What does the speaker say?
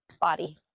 body